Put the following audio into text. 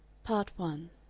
part one